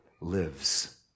lives